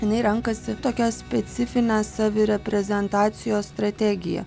jinai renkasi tokią specifinę savireprezentacijos strategiją